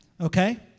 okay